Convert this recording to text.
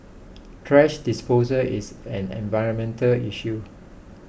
thrash disposal is an environmental issue